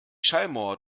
schallmauer